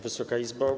Wysoka Izbo!